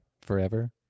forever